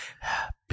happy